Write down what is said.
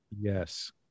Yes